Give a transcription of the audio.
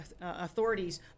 authorities